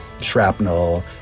Shrapnel